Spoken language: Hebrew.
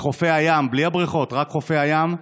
בחופי הים, בלי הבריכות, רק חופי הים,